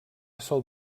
sol